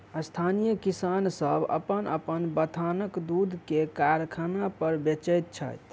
स्थानीय किसान सभ अपन अपन बथानक दूध के कारखाना पर बेचैत छथि